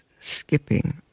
skipping